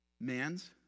Man's